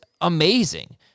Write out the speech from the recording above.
amazing